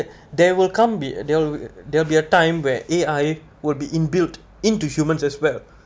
there will come be there'll there'll be a time where A_I would be inbuilt into humans as well